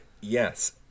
Yes